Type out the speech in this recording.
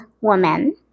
woman